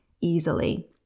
easily